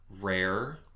rare